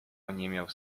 oniemiał